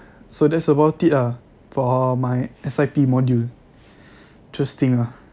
so that's about it ah for my S_I_P module interesting ah